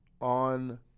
on